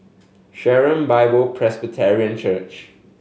Sharon Bible Presbyterian Church